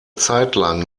zeitlang